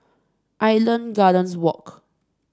Island Gardens Walk